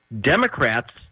Democrats